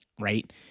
right